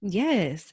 yes